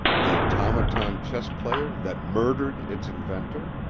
the automaton chess-player that murdered its inventor?